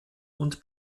und